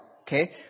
Okay